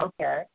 Okay